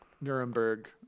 Nuremberg